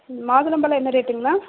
ம் மாதுளம்பழம் என்ன ரேட்டுங்கண்ணா